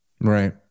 Right